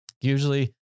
usually